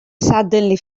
suddenly